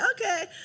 okay